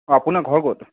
আপোনাৰ ঘৰ ক'ত